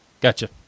Gotcha